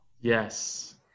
Yes